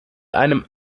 einem